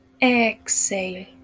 Exhale